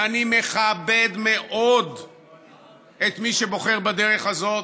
ואני מכבד מאוד את מי שבוחר בדרך הזאת,